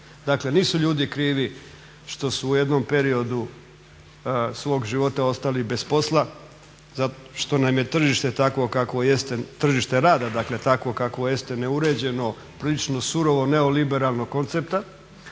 Dakle, nisu ljudi krivi što su u jednom periodu svog života ostali bez posla, što nam je tržište takvo kakvo jeste, tržište rada dakle takvo kakvo jeste ne uređeno, prilično surovo, neoliberalnog koncepta